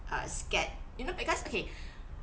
err scared you know because okay